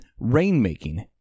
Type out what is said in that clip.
rainmaking